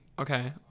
Okay